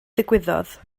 ddigwyddodd